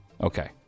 Okay